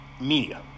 Media